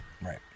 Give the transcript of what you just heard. Right